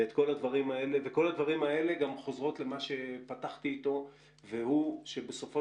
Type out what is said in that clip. וכל הדברים האלה גם חוזרים למה שפתחתי איתו והוא שבסופו